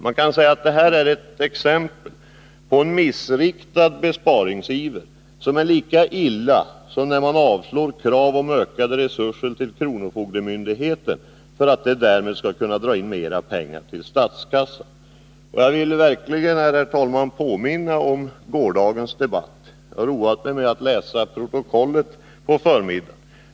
Man kan säga att det här är ett exempel på en missriktad besparingsiver som är lika olycklig som den besparingsiver som visas när man avslår krav på ökade resurser till kronofogdemyndigheten — krav som framställs för att ge kronofogdemyndigheten möjlighet att dra in mera pengar till statskassan. Jag vill verkligen, herr talman, påminna om gårdagens debatt. Jag har roat mig med att läsa protokollet under förmiddagen.